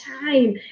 time